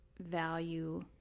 value